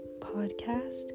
podcast